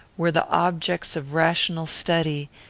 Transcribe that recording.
were the objects of rational study,